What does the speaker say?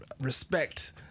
respect